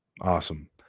Awesome